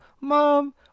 mom